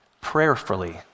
prayerfully